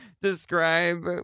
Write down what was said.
describe